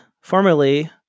formerly